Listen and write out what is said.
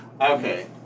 okay